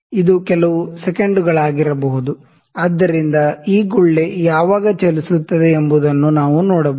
ಇದು ಕೆಲವು ಸೆಕೆಂಡುಗಳಾಗಿರಬಹುದು ಆದ್ದರಿಂದ ಈ ಗುಳ್ಳೆ ಯಾವಾಗ ಚಲಿಸುತ್ತದೆ ಎಂಬುದನ್ನು ನಾವು ನೋಡಬಹುದು